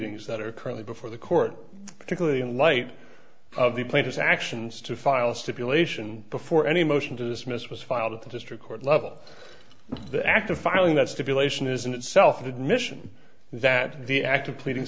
pleadings that are currently before the court particularly in light of the player's actions to file a stipulation before any motion to dismiss was filed at the district court level the act of filing that stipulation is in itself an admission that the act of pleading